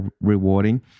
rewarding